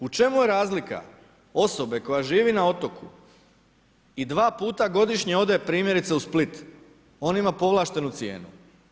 U čemu je razlika osobe, koja živi na otoku i 2 puta godišnje ode primjerice u Split, on ima povlaštenu cijenu.